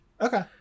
Okay